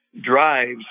drives